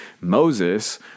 Moses